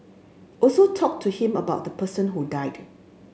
also talk to him about the person who died